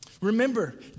Remember